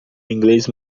inglês